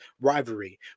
rivalry